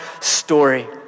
story